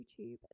YouTube